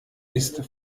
ist